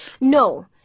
No